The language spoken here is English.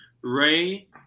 Ray